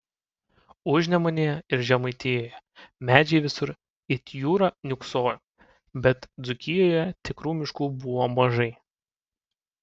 užnemunėje ir žemaitijoje medžiai visur it jūra niūksojo bet dzūkijoje tikrų miškų buvo mažai